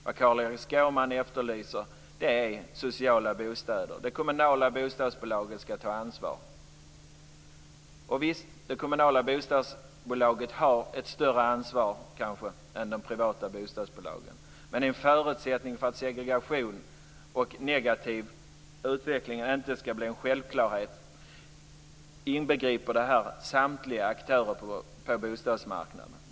Det Carl-Erik Skårman efterlyser är sociala bostäder. De kommunala bostadsbolagen ska ta ansvar. Visst, de kommunala bostadsbolagen har kanske ett större ansvar än de privata bostadsbolagen. Men en förutsättning för att segregation och negativ utveckling inte ska bli en självklarhet är att detta inbegriper samtliga aktörer på bostadsmarknaden.